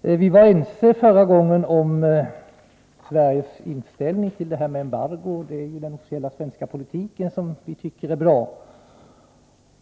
Vi var ense förra gången om Sveriges inställning till embargot enligt den officiella svenska politiken, som vi tycker är bra.